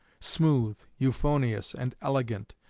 smooth, euphonious, and elegant,